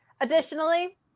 Additionally